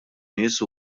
nies